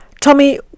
Tommy